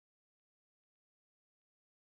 a portable one where this